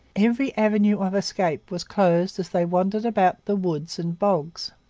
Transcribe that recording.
every avenue of escape was closed as they wandered about the woods and bogs.